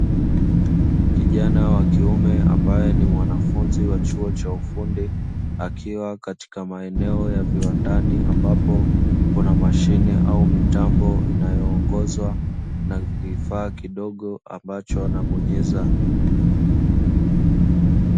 Kijana wa kiume ambae ni mwanafunzi wa chuo cha ufundi, akiwa katika maeneo ya viwandani, ambapo kuna mashine au mitambo inayoongozwa na kifaa kidogo ambacho unabonyeza.